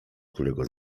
którego